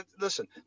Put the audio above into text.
listen